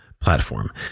platform